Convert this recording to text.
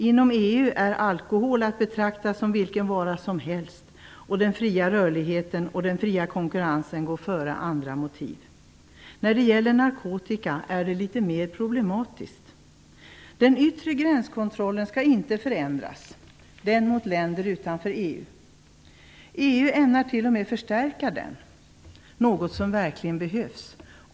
Inom EU är alkohol att betrakta som vilken vara som helst, och den fria rörligheten och den fria konkurrensen går före andra motiv. När det gäller narkotika är det litet mer problematiskt. Den yttre gränskontrollen, mot länder utanför EU, skall inte förändras. EU ämnar t.o.m. förstärka den, något som verkligen behövs.